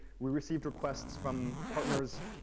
we received requests from partners,